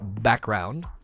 background